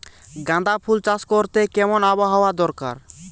গাঁদাফুল চাষ করতে কেমন আবহাওয়া দরকার?